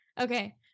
okay